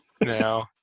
No